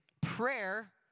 prayer